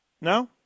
No